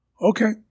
Okay